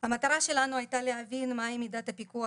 המטרה שלנו הייתה להבין מהי מידת הפיקוח